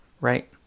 right